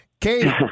Katie